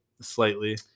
slightly